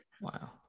Wow